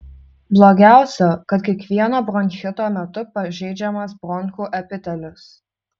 blogiausia kad kiekvieno bronchito metu pažeidžiamas bronchų epitelis